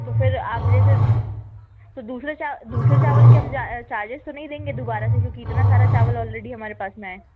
तो फिर आप तो दूसरे चावल दूसरे चावल के हम चार्जेस तो नहीं देंगे दोबारा से क्योंकि इतने सारे चावल ऑलरेडी हमारे पास में हैं